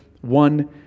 one